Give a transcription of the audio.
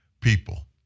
people